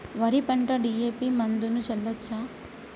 వరి పంట డి.ఎ.పి మందును చల్లచ్చా?